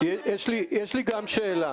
יש לי גם שאלה.